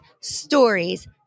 stories